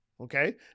okay